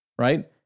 right